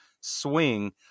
swing